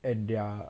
and their